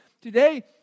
Today